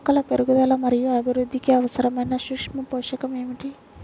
మొక్కల పెరుగుదల మరియు అభివృద్ధికి అవసరమైన సూక్ష్మ పోషకం ఏమిటి?